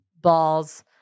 balls